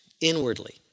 inwardly